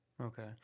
okay